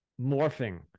morphing